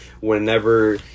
whenever